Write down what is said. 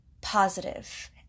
positive